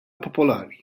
popolari